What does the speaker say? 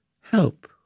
help